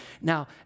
Now